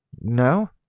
No